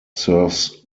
serves